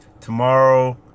tomorrow